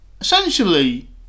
essentially